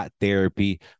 Therapy